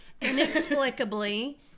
inexplicably